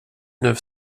neuf